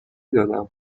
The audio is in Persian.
دادم